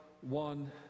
one